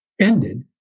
ended